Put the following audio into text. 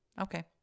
Okay